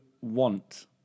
want